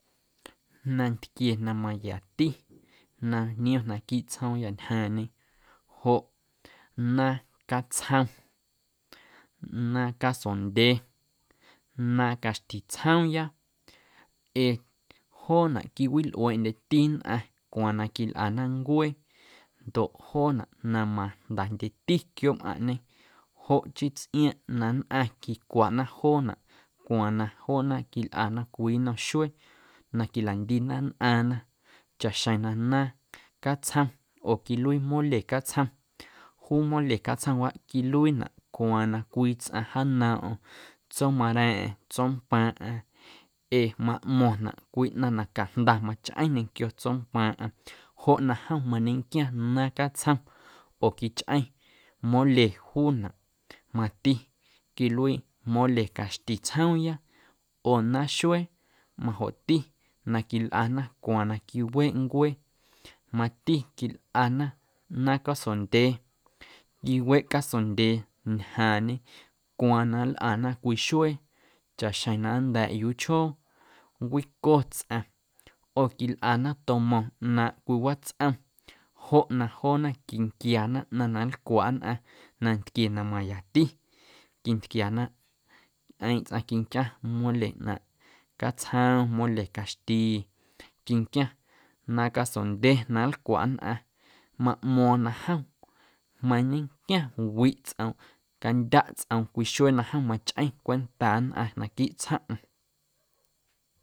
Nantquie na mayati na niom naquiiꞌ tsjoomyâ ñjaaⁿñe joꞌ naaⁿ catsjom, naaⁿ casondye, naaⁿ caxti tsjoomya ee jonaꞌ quiwilꞌueeꞌndyeti nnꞌaⁿ cwaaⁿ na quilꞌana ncuee ndoꞌ joonaꞌ na majndandyeti quiooꞌmꞌaⁿꞌñe joꞌ chii tsꞌiaaⁿꞌ na nnꞌaⁿ quicwaꞌna joonaꞌ cwaaⁿ na joona quilꞌana cwii nnom xuee na quilandiina nnꞌaaⁿna chaꞌxjeⁿ na naaⁿ catsjom oo quiluii mole catsjom, juu mole catsjomwaꞌ quiluiinaꞌ cwaaⁿ na cwii tsꞌaⁿ jaannoomꞌm tomara̱a̱ⁿꞌa̱ⁿ, tsompaaⁿꞌaⁿ ee maꞌmo̱ⁿnaꞌ cwii ꞌnaⁿ na cajnda machꞌeⁿ ñequio tsompaaⁿꞌaⁿ joꞌ na jom mañenquiaⁿ naaⁿ catsjom oo quichꞌeⁿ mole juunaꞌ mati quiluii mole caxti tsjoomya oo naaⁿ xuee majoꞌti na quilꞌana cwaaⁿ na quiweeꞌ ncuee, mati quilꞌana naaⁿ casondyee quiweꞌ casondyee ñjaaⁿñe cwaaⁿ na nlꞌana cwii xuee chaꞌxjeⁿ na nnda̱a̱ꞌ yuuchjoo, nncwico tsꞌaⁿ oo quilꞌana tomo̱ⁿ ꞌnaaⁿꞌ cwii watsꞌom joꞌ na joona quinquiana ꞌnaⁿ na nlcwaꞌ nnꞌaⁿ nantquie na mayati quintquiana ñꞌeeⁿ tsꞌaⁿ quinquiaⁿ mole ꞌnaaⁿꞌ catsjom, mole caxti quinquiaⁿ naaⁿ casondye na nlcwaꞌ nnꞌaⁿ maꞌmo̱o̱ⁿ na jom mañequiaⁿ, wiꞌ tsꞌoom, candyaꞌ tsꞌoom cwii xuee na jom machꞌeⁿ cwentaa nnꞌaⁿ naquiiꞌ tsjomꞌm.